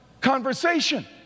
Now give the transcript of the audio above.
conversation